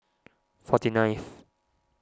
forty ninth